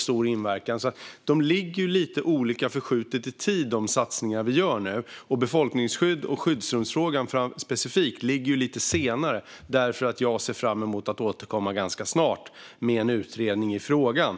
Satsningarna ligger lite olika i tid, och befolkningsskydd och skyddsrumsfrågan specifikt ligger lite senare. Jag ser dock fram emot att återkomma ganska snart med en utredning i frågan.